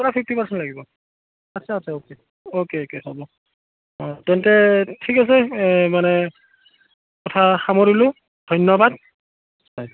পুৰা fifty percent লাগিব আচ্ছা আচ্ছা অ'কে অ'কে অ'কে হ'ব অঁ তেন্তে ঠিক আছে মানে কথা সামৰিলোঁ ধন্যবাদ হয়